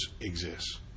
exists